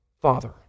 Father